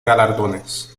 galardones